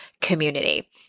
community